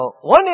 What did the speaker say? one